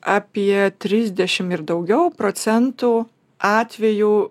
apie trisdešim ir daugiau procentų atvejų